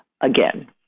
again